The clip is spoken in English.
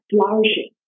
flourishing